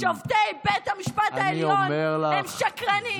שופטי בית המשפט העליון הם שקרנים.